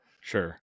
Sure